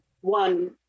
one